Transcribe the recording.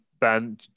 Ben